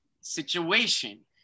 situation